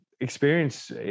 experience